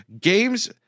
Games